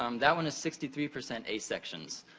um that one is sixty three percent a sections,